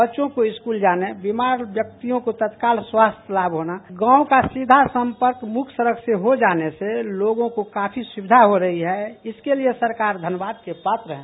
बच्चों को स्कल जाने दीमार व्यक्तियों को तत्काल स्वास्थ्य लाम होना गावं का सीधा सम्पर्क मुख्य सड़क से हो जाने से लोगों को काफी सुविधा हो रही है इसके लिए सरकार धन्यवाद का पात्र है